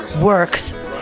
works